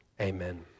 Amen